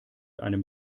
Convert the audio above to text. einem